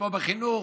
פה לחינוך,